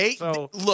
Look